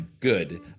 good